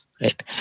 right